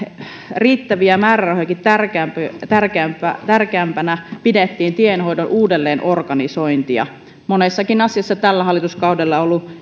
riittäviä määrärahojakin tärkeämpänä tärkeämpänä pidettiin tienhoidon uudelleenorganisointia monessakin asiassa tällä hallituskaudella on ollut